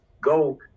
go